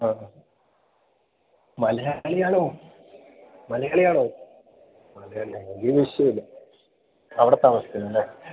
ആഹ് മലയാളിയാണോ മലയാളിയാണോ മലയാളിയാണോ എങ്കില് വിഷയമില്ല അവിടെ താമസിക്കുന്നതല്ലേ